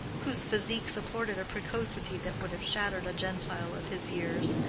whose physique supported a precocity that would have shattered a gentile of his years,